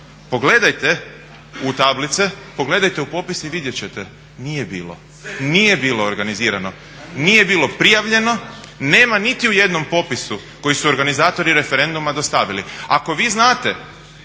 Pogledajte u tablice, pogledajte u popise i vidjet ćete nije bilo organizirano. Nije bilo prijavljeno, nema niti u jednom popisu koji su organizatori referenduma dostavili. Ako vi znate